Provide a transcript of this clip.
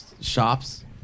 shops